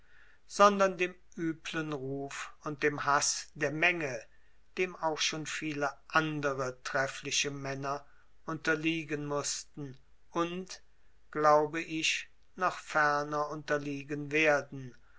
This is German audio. sondern dem üblen ruf und dem haß der menge dem auch schon viele andere treffliche männer unterliegen mußten und glaube ich noch ferner unterliegen werden